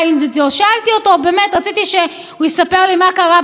רציתי שהוא יספר לי מה קרה בסופר בפתח תקווה.